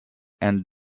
and